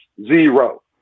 zero